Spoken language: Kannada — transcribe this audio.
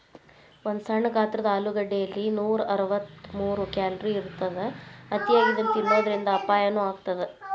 ಒಂದು ಸಣ್ಣ ಗಾತ್ರದ ಆಲೂಗಡ್ಡೆಯಲ್ಲಿ ನೂರಅರವತ್ತಮೂರು ಕ್ಯಾಲೋರಿ ಇರತ್ತದ, ಅತಿಯಾಗಿ ಇದನ್ನ ತಿನ್ನೋದರಿಂದ ಅಪಾಯನು ಆಗತ್ತದ